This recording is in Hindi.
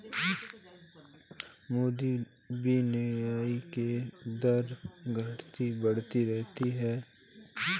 मुद्रा विनिमय के दर घटता बढ़ता रहता है